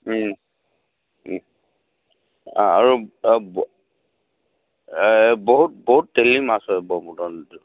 আৰু বহুত বহুত তেলি মাছ হয় ব্ৰহ্মপুত্ৰ নদীটো